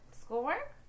schoolwork